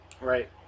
right